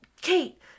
Kate